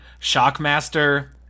Shockmaster